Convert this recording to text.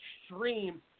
extreme